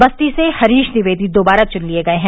बस्ती से हरीश द्विवेदी दोबार चुन लिए हैं